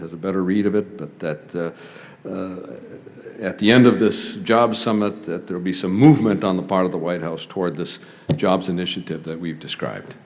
fazio's a better read of it but that at the end of this jobs summit that there be some movement on the part of the white house toward this jobs initiative that we've described